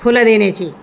फुलं देण्याची